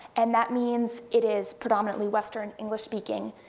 and that means it is predominantly western, english speaking,